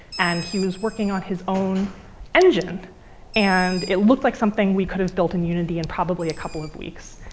and he was working on his own engine and it looked like something we could have built in unity in probably a couple of weeks.